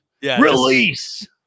Release